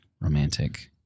romantic